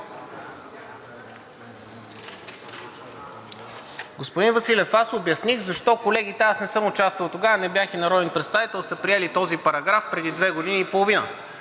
Господин Василев, аз обясних защо колегите – аз не съм участвал, а тогава не бях и народен представител, са приели този параграф преди две години и половина